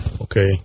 okay